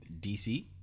DC